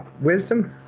Wisdom